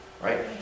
right